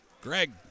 Greg